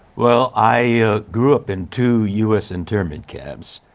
well, i grew up in two u s. interment camps.